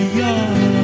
young